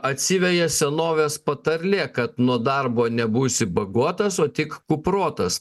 atsiveja senovės patarlė kad nuo darbo nebūsi bagotas o tik kuprotas